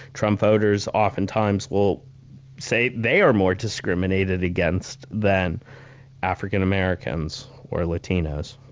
trump voters, oftentimes, will say they are more discriminated against than african-americans or latinos.